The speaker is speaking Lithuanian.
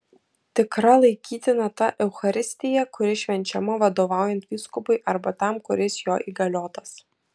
tikra laikytina ta eucharistija kuri švenčiama vadovaujant vyskupui arba tam kuris jo įgaliotas